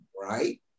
right